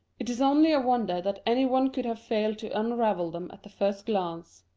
it is only a wonder that any one could have failed to unravel them at the first glance.